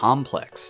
Complex